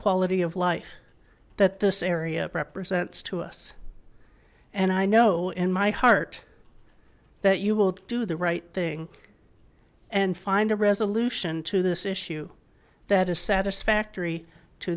quality of life that this area represents to us and i know in my heart that you will do the right thing and find a resolution to this issue that is satisfactory to